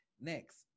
next